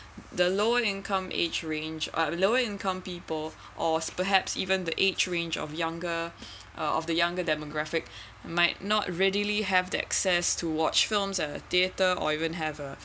the lower income age range uh lower income people or perhaps even the age range of younger of the younger demographic might not readily have the access to watch films at the theatre or even have